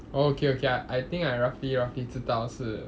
oh okay okay I I think I roughly roughly 知道是